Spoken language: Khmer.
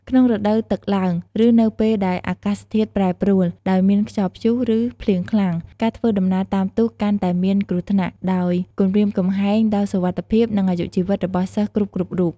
ក្នុងរដូវទឹកឡើង ឬនៅពេលដែលអាកាសធាតុប្រែប្រួលដោយមានខ្យល់ព្យុះ ឬភ្លៀងខ្លាំង ការធ្វើដំណើរតាមទូកកាន់តែមានគ្រោះថ្នាក់ ដោយគំរាមកំហែងដល់សុវត្ថិភាព និងអាយុជីវិតរបស់សិស្សគ្រប់ៗរូប។